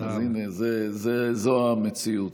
זאת המציאות.